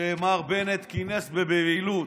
שמר בנט כינס בבהילות.